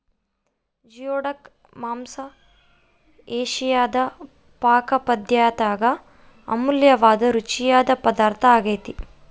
geoduck ಮಾಂಸ ಏಷಿಯಾದ ಪಾಕಪದ್ದತ್ಯಾಗ ಅಮೂಲ್ಯವಾದ ರುಚಿಯಾದ ಪದಾರ್ಥ ಆಗ್ಯೆತೆ